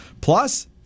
Plus